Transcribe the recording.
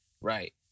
Right